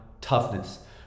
toughness